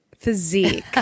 Physique